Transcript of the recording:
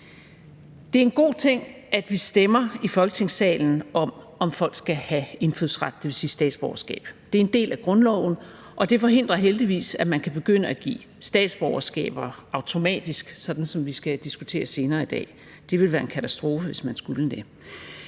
Det er en god ting, at vi i Folketingssalen stemmer om, om folk skal have indfødsret, dvs. statsborgerskab. Det er en del af grundloven, og det forhindrer heldigvis, at man kan begynde at give statsborgerskaber automatisk, hvilket vi skal diskutere senere i dag. Det ville være en katastrofe, hvis man skulle det.